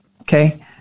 okay